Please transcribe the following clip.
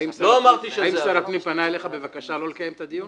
האם שר הפנים פנה אליך בבקשה לא לקיים את הדיון?